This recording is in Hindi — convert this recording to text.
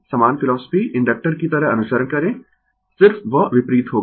समान फिलोसफी इंडक्टर की तरह अनुसरण करें सिर्फ वह विपरीत होगा